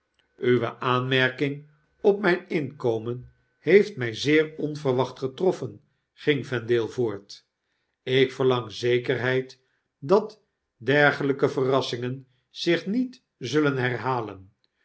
ttwe aanmerking op mijn inkomen heeft my zeer onverwacht getroffen ging vendale voort ik verlang zekerheid dat dergeljjke verrassingen zich met zullen herhalen